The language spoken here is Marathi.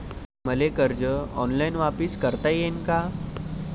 मले कर्ज ऑनलाईन वापिस करता येईन का?